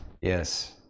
yes